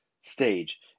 stage